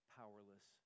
powerless